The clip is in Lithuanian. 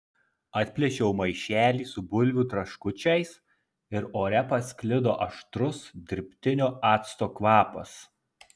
atplėšiau maišelį su bulvių traškučiais ir ore pasklido aštrus dirbtinio acto kvapas